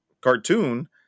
cartoon